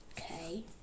okay